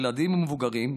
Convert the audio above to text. ילדים ומבוגרים,